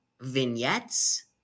vignettes